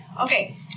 Okay